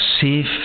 safe